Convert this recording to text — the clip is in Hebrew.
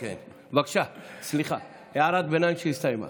בבקשה, סליחה, הערת ביניים שהסתיימה.